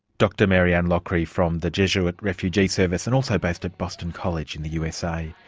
dr maryanne loughry from the jesuit refugee service and also based at boston college in the usa.